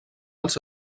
els